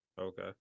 Okay